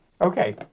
Okay